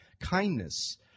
Kindness